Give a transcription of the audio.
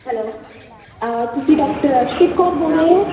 hello ਤੁਸੀਂ doctor Arshdeep Kaur ਬੋਲ ਰਹੇ ਹੋ